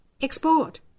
export